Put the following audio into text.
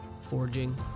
forging